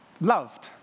loved